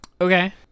Okay